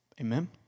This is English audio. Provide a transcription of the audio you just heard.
Amen